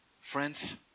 Friends